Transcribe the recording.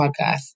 podcast